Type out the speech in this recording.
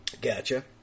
Gotcha